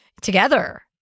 together